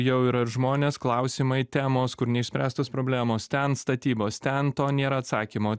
jau yra žmonės klausimai temos kur neišspręstos problemos ten statybos ten to nėra atsakymo